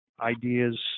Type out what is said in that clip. ideas